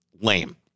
lame